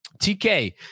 TK